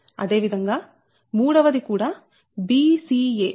అదే విధంగా మూడవది కూడా b c a